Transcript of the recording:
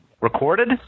Recorded